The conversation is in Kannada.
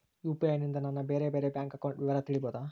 ಯು.ಪಿ.ಐ ನಿಂದ ನನ್ನ ಬೇರೆ ಬೇರೆ ಬ್ಯಾಂಕ್ ಅಕೌಂಟ್ ವಿವರ ತಿಳೇಬೋದ?